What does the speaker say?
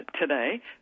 today